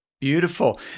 Beautiful